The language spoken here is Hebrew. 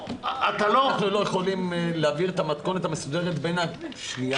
אנחנו לא יכולים להעביר את המתכונת המסודרת בין הראשונה לשנייה?